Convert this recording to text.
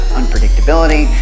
unpredictability